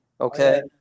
Okay